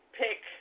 pick